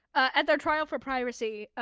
at their trial for piracy,